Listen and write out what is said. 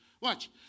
Watch